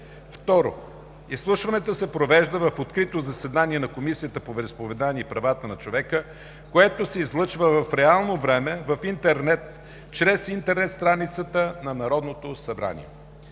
2. Изслушването се провежда в открито заседание на Комисията по вероизповеданията и правата на човека, което се излъчва в реално време в интернет чрез интернет страницата на Народното събрание.